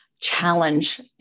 challenge